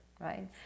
right